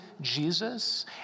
Jesus